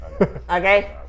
Okay